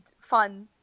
fun